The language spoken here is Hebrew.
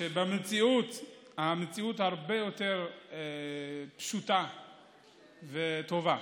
שהמציאות הרבה יותר פשוטה וטובה.